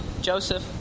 Joseph